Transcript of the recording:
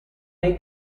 nei